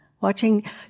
Watching